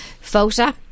photo